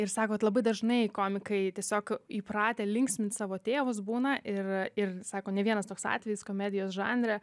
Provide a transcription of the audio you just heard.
ir sako kad labai dažnai komikai tiesiog įpratę linksmint savo tėvus būna ir ir sako ne vienas toks atvejis komedijos žanre